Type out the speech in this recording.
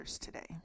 today